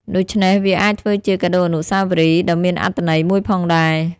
ដូច្នេះវាអាចធ្វើជា កាដូអនុស្សាវរីយ៍ ដ៏មានអត្ថន័យមួយផងដែរ។